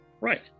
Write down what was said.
right